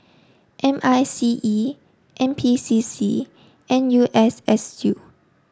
M I C E N P C C and N U S S U